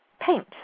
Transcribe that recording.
paint